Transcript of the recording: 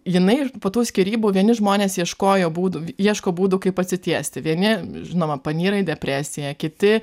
jinai po tų skyrybų vieni žmonės ieškojo būdų ieško būdų kaip atsitiesti vieni žinoma panyra į depresiją kiti